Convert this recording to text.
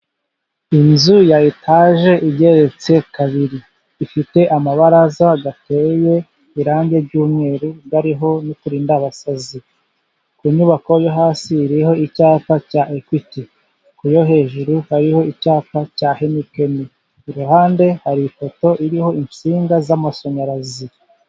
Inzu ya etaje igeretse kabiri. Ifite amabaraza ateye irangi ry'umweru ariho uturindabasazi. Ku nyubako yo hasi iriho icyapa cya ekwiti ku yo hejuru hariho icyapa cya heyinikeni. Iruhande hari ipoto iriho insinga z'amashanyarazi.